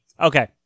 Okay